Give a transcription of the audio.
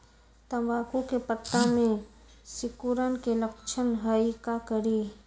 तम्बाकू के पत्ता में सिकुड़न के लक्षण हई का करी?